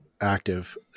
active